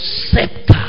scepter